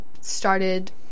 started